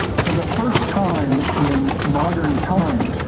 for the first time, in modern times,